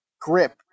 grip